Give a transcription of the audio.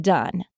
Done